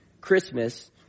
Christmas